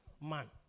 man